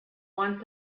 want